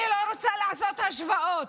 אני לא רוצה לעשות השוואות,